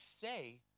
say